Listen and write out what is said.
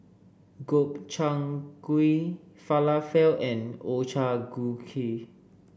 Gobchang Gui Falafel and Ochazuke